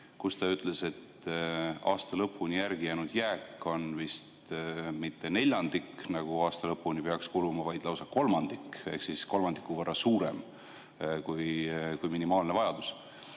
kus ta ütles, et aasta lõpuni jäänud jääk on vist mitte neljandik, nagu aasta lõpuni peaks kuluma, vaid lausa kolmandik, ehk siis suurem kui minimaalne vajadus.